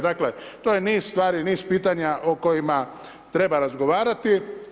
Dakle to je niz stvari, niz pitanja o kojima treba razgovarati.